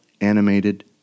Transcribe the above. animated